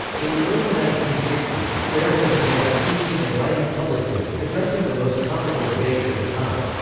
in the early nineteen sixty s, derrida began speaking and writing publicly, addressing the most topical debates at the time.